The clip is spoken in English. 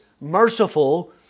merciful